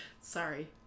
sorry